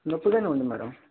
నొప్పిగానే ఉంది మేడం